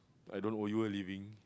I don't owe you a living